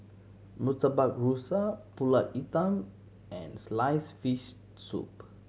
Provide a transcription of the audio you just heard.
Murtabak Rusa Pulut Hitam and slice fish soup